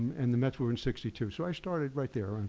and the mets were in sixty two. so i started right there and